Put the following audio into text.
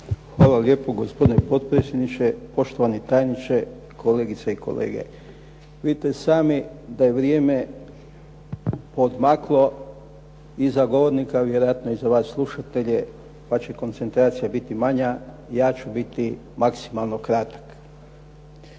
Hvala lijepo gospodine potpredsjedniče. Poštovani tajniče, kolegice i kolege. Vidite i sami da je vrijeme odmaklo i za govornike, a vjerojatno i za vas slušatelje pa će koncentracija biti manja. Ja ću biti maksimalno kratak.